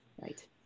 Right